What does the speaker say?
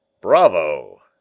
Bravo